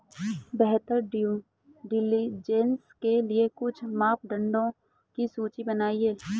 बेहतर due diligence के लिए कुछ मापदंडों की सूची बनाएं?